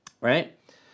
right